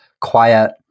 quiet